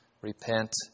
Repent